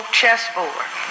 chessboard